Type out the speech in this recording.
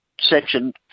section